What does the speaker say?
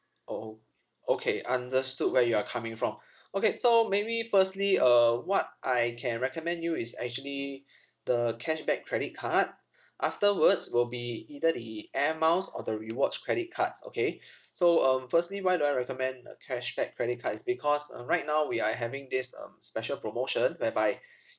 orh orh okay understood where you are coming from okay so maybe firstly uh what I can recommend you is actually the cashback credit card afterwards will be either the air miles or the rewards credit cards okay so um firstly why do I recommend the cashback credit card is because uh right now we are having this um special promotion whereby